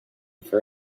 for